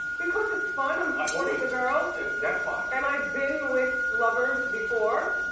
because it's fun, i'm supporting the girls. that's fine. and i've been with lovers before,